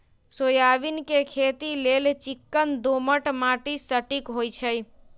soybean के खेती लेल चिक्कन दोमट माटि सटिक होइ छइ